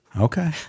Okay